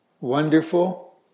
wonderful